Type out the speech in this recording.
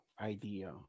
idea